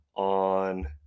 on